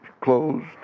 closed